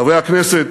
חברי הכנסת,